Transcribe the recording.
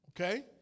Okay